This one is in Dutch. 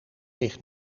ligt